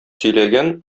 сөйләгән